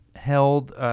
held